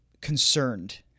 concerned